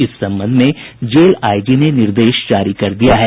इस संबंध में जेल आईजी ने निर्देश जारी कर दिया है